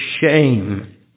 shame